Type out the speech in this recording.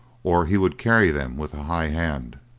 or he would carry them with a high hand.